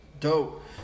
Dope